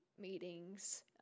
meetings